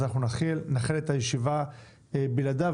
אז נתחיל את הישיבה בלעדיו,